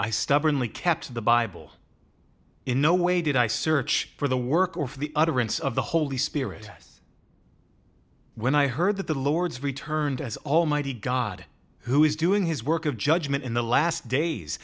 i stubbornly kept to the bible in no way did i search for the work or the utterance of the holy spirit us when i heard that the lord's returned as almighty god who is doing his work of judgement in the last days